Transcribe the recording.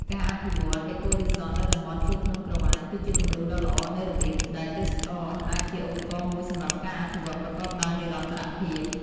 ការអភិវឌ្ឍ អេកូរីសតនៅតំំបន់ជួរភ្នំក្រវ៉ាញគឺជាគំរូដ៏ល្អនៃរបៀបដែលទេសចរណ៍អាចជាឧបករណ៍មួយសម្រាប់ការអភិវឌ្ឍប្រកបដោយនិរន្តរភាព។